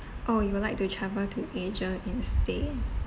oh you would like to travel to asia instead